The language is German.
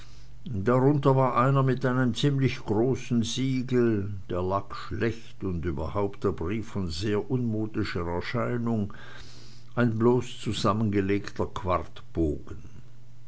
darunter war einer mit einem ziemlich großen siegel der lack schlecht und der brief überhaupt von sehr unmodischer erscheinung ein bloß zusammengelegter